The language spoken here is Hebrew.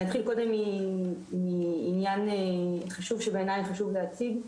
נתחיל קודם מענין חשוב שבעיני הוא חשוב להציג,